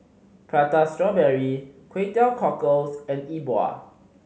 Prata Strawberry Kway Teow Cockles and E Bua